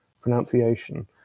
pronunciation